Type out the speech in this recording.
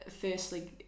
firstly